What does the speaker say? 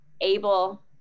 able